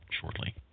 shortly